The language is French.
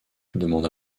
demanda